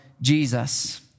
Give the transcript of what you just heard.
Jesus